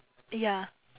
ya